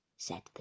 said